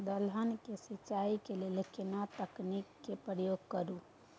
दलहन के सिंचाई के लिए केना तकनीक के प्रयोग करू?